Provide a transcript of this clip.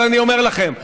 אבל אני אומר לכם,